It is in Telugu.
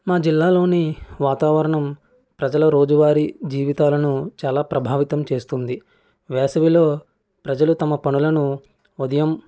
మా జిల్లాలోని వాతావరణం ప్రజల రోజువారీ జీవితాలను చాలా ప్రభావితం చేస్తుంది వేసవిలో ప్రజలు తమ పనులను ఉదయం